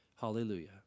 hallelujah